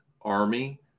Army